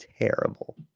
Terrible